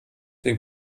den